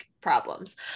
problems